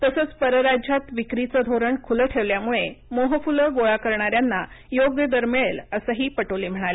तसंच परराज्यात विक्रीचं धोरण खुलं ठेवल्यामुळे मोहफुले गोळा करणा यांना योग्य दर मिळेलअसंही पटोले म्हणाले